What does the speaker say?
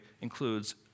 includes